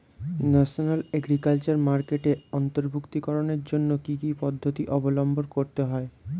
National agriculture মার্কেটে অন্তর্ভুক্তিকরণের জন্য কি কি পদ্ধতি অবলম্বন করতে হয়?